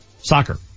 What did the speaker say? Soccer